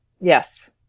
Yes